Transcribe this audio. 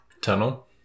Tunnel